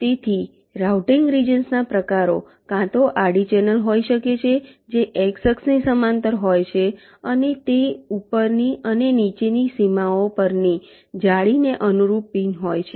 તેથી routing regions ના પ્રકારો કાં તો આડી ચેનલ હોઈ શકે છે જે x અક્ષની સમાંતર હોય છે અને તે ઉપરની અને નીચેની સીમાઓ પરની જાળીને અનુરૂપ પિન હોય છે